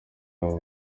abo